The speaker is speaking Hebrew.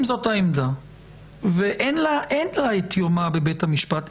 אם זאת העמדה ואין לה את יומה בבית המשפט,